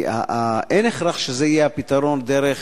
כי אין הכרח שהפתרון יהיה דרך